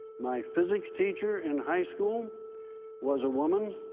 my physics teacher in high school was a woman.